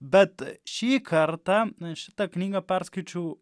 bet šį kartą šitą knygą perskaičiau